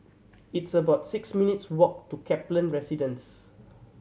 it's about six minutes' walk to Kaplan Residence